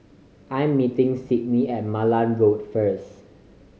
I'm meeting Sydni at Malan Road first